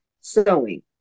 sewing